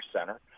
center